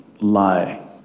lie